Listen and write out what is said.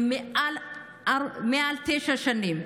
הם מעל תשע שנים.